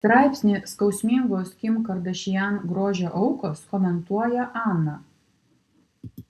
straipsnį skausmingos kim kardashian grožio aukos komentuoja ana